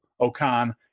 Okan